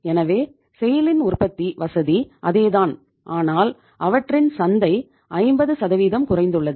எனவே SAILஇன் உற்பத்தி வசதி அதேதான் ஆனால் அவற்றின் சந்தை 50 குறைந்துள்ளது